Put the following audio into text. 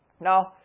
Now